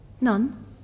None